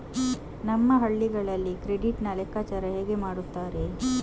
ನಮ್ಮ ಹಳ್ಳಿಗಳಲ್ಲಿ ಕ್ರೆಡಿಟ್ ನ ಲೆಕ್ಕಾಚಾರ ಹೇಗೆ ಮಾಡುತ್ತಾರೆ?